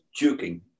juking